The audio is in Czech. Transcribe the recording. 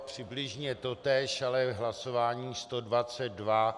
Přibližně totéž, ale v hlasování 122.